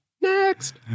Next